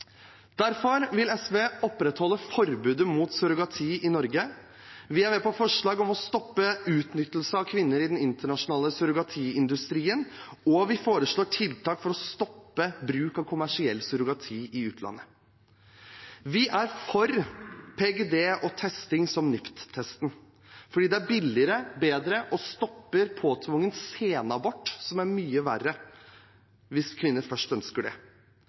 Derfor vil SV opprettholde forbudet mot surrogati i Norge. Vi er med på forslag om å stoppe utnyttelse av kvinner i den internasjonale surrogatiindustien, og vi foreslår tiltak for å stoppe bruk av kommersiell surrogati i utlandet. Vi er for PGD og testing som NIPT-testen – fordi det er billigere og bedre og stopper påtvungen senabort, som er mye verre – hvis kvinner først ønsker det.